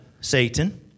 Satan